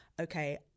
okay